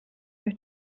are